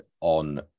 on